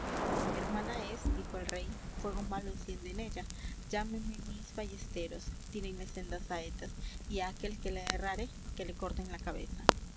si mi hermana es dijo el rey fuego malo encienda en ella llámenme mis ballesteros tírenle sendas saetas y á aquel que la errare que le corten la cabeza